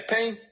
pain